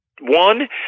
one